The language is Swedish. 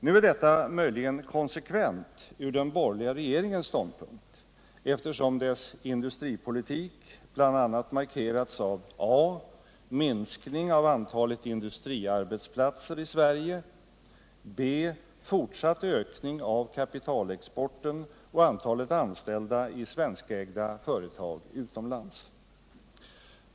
Nu är detta möjligen konsekvent ur den borgerliga regeringens ståndpunkt, eftersom dess industripolitik bl.a. markerats av a. minskning av antalet industriarbetsplatser i Sverige, b. fortsatt ökning av kapitalexporten och antalet anställda i svenskägda företag utomlands.